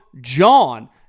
John